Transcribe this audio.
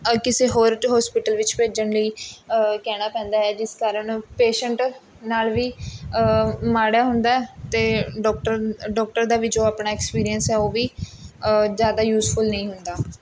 ਕਿਸੇ ਹੋਰ ਹੋਸਪੀਟਲ ਵਿੱਚ ਭੇਜਣ ਲਈ ਕਹਿਣਾ ਪੈਂਦਾ ਹੈ ਜਿਸ ਕਾਰਨ ਪੇਂਸ਼ੈਂਟ ਨਾਲ਼ ਵੀ ਮਾੜਾ ਹੁੰਦਾ ਹੈ ਅਤੇ ਡੋਕਟਰ ਡੋਕਟਰ ਦਾ ਵੀ ਜੋ ਆਪਣਾ ਐਕਪੀਰੀਐਂਸ ਹੈ ਉਹ ਵੀ ਜ਼ਿਆਦਾ ਯੂਜ਼ਫੁਲ ਨਹੀਂ ਹੁੰਦਾ